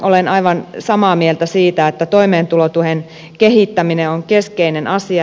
olen aivan samaa mieltä siitä että toimeentulotuen kehittäminen on keskeinen asia